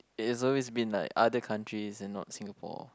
it's always been like other countries and not Singapore